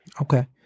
Okay